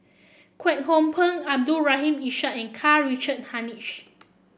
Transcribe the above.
Kwek Hong Png Abdul Rahim Ishak and Karl Richard Hanitsch